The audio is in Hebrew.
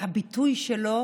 והביטוי שלו